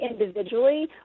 individually